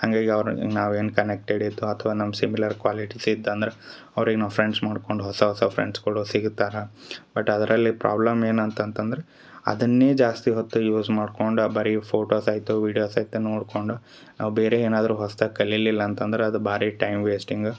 ಹಾಗಾಗಿ ಅವ್ರು ನಾವು ಏನು ಕನೆಕ್ಟೆಡ್ ಇತ್ತೋ ಅಥ್ವ ನಮ್ಮ ಸಿಮಿಲರ್ ಕ್ವಾಲಿಟಿಸ್ ಇತ್ತು ಅಂದ್ರೆ ಅವ್ರಿಗೆ ನಾವು ಫ್ರೆಂಡ್ಸ್ ಮಾಡ್ಕೊಂಡು ಹೊಸ ಹೊಸ ಫ್ರೆಂಡ್ಸ್ಗುಳು ಸಿಗ್ತಾರ ಬಟ್ ಅದರಲ್ಲಿ ಪ್ರಾಬ್ಲಮ್ ಏನು ಅಂತಂತಂದರೆ ಅದನ್ನೇ ಜಾಸ್ತಿ ಹೊತ್ತು ಯೂಸ್ ಮಾಡ್ಕೊಂಡ ಬರಿ ಫೋಟೋಸ್ ಆಯಿತು ವೀಡಿಯೋಸ್ ಆಯ್ತು ನೋಡ್ಕೊಂಡು ನಾವು ಬೇರೆ ಏನಾದರು ಹೊಸ್ದಾಗಿ ಕಲಿಲಿಲ್ಲ ಅಂತಂದ್ರೆ ಅದು ಭಾರಿ ಟೈಮ್ ವೇಸ್ಟಿಂಗ